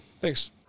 Thanks